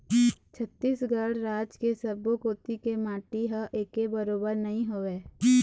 छत्तीसगढ़ राज के सब्बो कोती के माटी ह एके बरोबर नइ होवय